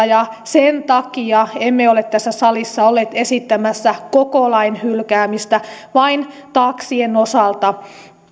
ja sen takia emme ole tässä salissa olleet esittämässä koko lain hylkäämistä vain taksien osalta